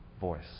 voice